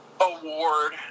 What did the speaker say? award